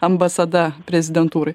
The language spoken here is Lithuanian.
ambasada prezidentūrai